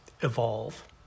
evolve